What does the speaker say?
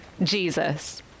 Jesus